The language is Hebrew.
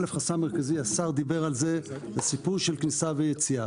א', השר דיבר על זה, הסיפור של כניסה ויציאה.